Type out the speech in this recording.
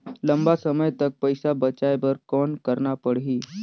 लंबा समय तक पइसा बचाये बर कौन करना पड़ही?